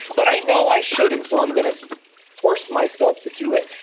but i know i shouldn't, so i'm going to so force myself to do it.